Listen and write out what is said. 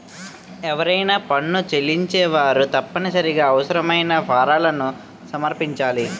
ఎవరైనా పన్ను చెల్లించేవారు తప్పనిసరిగా అవసరమైన ఫారాలను సమర్పించాలి